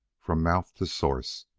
from mouth to source,